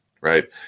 right